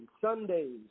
Sundays